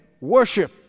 worship